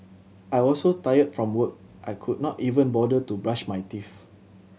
I was so tired from work I could not even bother to brush my teeth